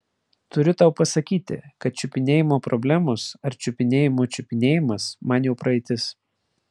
turiu tau pasakyti kad čiupinėjimo problemos ar čiupinėjimo čiupinėjimas man jau praeitis